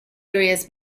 areas